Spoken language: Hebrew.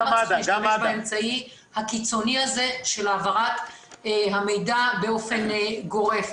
-- למה צריך להשתמש באמצעי הקיצוני הזה של העברת המידע באופן גורף?